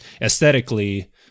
aesthetically